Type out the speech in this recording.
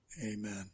Amen